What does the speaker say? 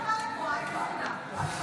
למה אתה בא לפה, איימן עודה?